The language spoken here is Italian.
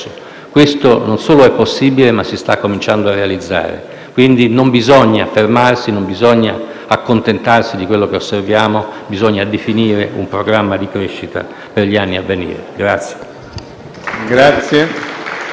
Questo non solo è possibile, ma si sta cominciando a realizzare. Non bisogna, quindi, fermarsi e accontentarsi di quello che osserviamo: bisogna definire un programma di crescita per gli anni a venire. *(Applausi